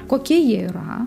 kokie jie yra